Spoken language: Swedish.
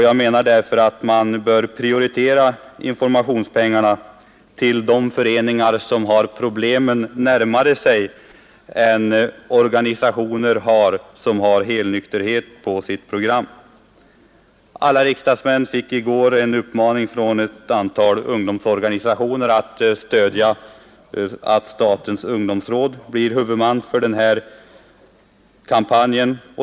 Jag anser därför att man vid anslagsbeviljandet bör prioritera de föreningar som har problemen närmare sig än vad som är fallet med de organisationer som har helnykterhet på sitt program. Alla riksdagsmän fick i går en uppmaning från ett antal ungdomsorganisationer att stödja förslaget att statens ungdomsråd blir huvudman för denna kampanj.